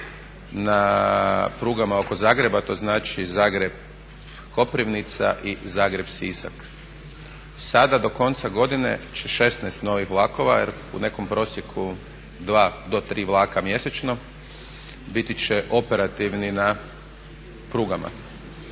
na prugama oko zagreba. To znači Zagreb – Koprivnica i Zagreb – Sisak. Sada do konca godine će 16 novih vlakova, jer u nekom prosjeku 2 do 3 vlaka mjesečno biti će operativni na prugama.